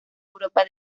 europa